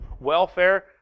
Welfare